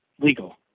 legal